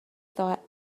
thought